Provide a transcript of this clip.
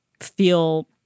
feel